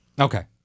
Okay